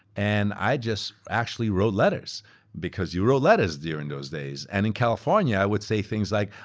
and i just actually wrote letters because you wrote letters during those days. and in california, i would say things like,